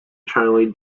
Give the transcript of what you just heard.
charlie